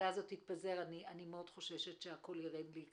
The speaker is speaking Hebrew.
לאשכול יכולה לרכוש משירותי האשכול כאיזה שהוא צעד של בניית